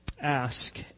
ask